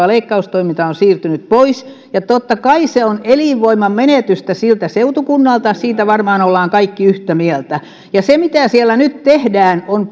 leikkaustoiminta on siirtynyt pois ja totta kai se on elinvoiman menetystä siltä seutukunnalta siitä varmaan olemme kaikki yhtä mieltä ja se mitä siellä nyt tehdään on